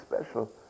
special